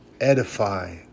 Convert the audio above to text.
edify